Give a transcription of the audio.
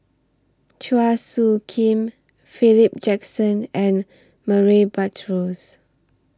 Chua Soo Khim Philip Jackson and Murray Buttrose